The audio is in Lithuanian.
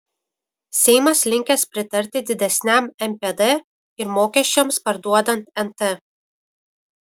seimas linkęs pritarti didesniam npd ir mokesčiams parduodant nt